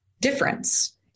difference